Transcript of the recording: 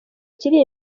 kiri